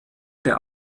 der